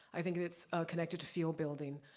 i think that it's connected to field building,